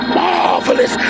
marvelous